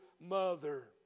mother